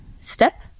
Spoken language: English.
STEP